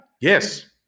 Yes